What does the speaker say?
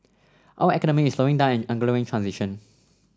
our economy is slowing down and undergoing transition